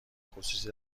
خصوصی